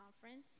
conference